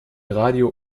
radio